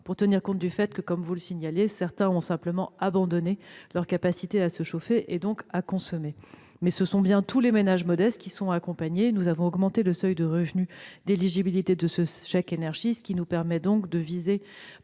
pour tenir compte du fait que, comme vous le signalez, certains ont simplement abandonné leur capacité à se chauffer et donc à consommer. Mais ce sont bien tous les ménages modestes qui sont accompagnés. Nous avons augmenté le seuil de revenus pour l'éligibilité à ce chèque énergie, ce qui nous permet de viser